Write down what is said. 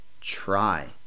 try